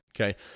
Okay